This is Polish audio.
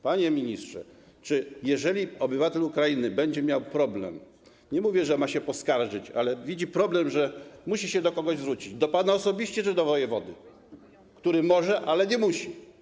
Panie ministrze, czy jeżeli obywatel Ukrainy będzie miał problem, nie mówię, że ma się poskarżyć, ale widzi problem i musi się do kogoś zwrócić, to do pana osobiście czy do wojewody, który może, ale nie musi?